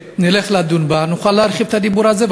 כשנדון בה בוועדה נוכל להרחיב את הדיבור על זה,